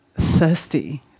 thirsty